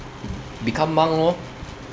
become monk lor